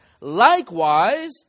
Likewise